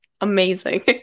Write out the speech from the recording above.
amazing